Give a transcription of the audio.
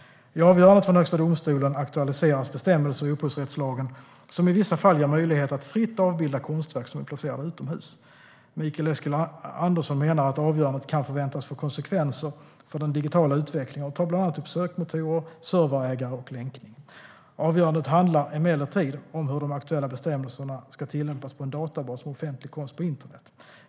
I avgörandet från Högsta domstolen aktualiseras bestämmelser i upphovsrättslagen som i vissa fall ger möjlighet att fritt avbilda konstverk som är placerade utomhus. Mikael Eskilandersson menar att avgörandet kan förväntas få konsekvenser för hela den digitala utvecklingen och tar bland annat upp sökmotorer, serverägare och länkning. Avgörandet handlar emellertid om hur de aktuella bestämmelserna ska tillämpas på en databas med offentlig konst på internet.